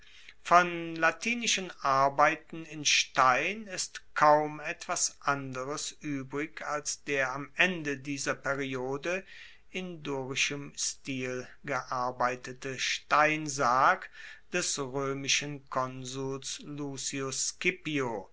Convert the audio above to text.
von latinischen arbeiten in stein ist kaum etwas anderes uebrig als der am ende dieser periode in dorischem stil gearbeitete steinsarg des roemischen konsuls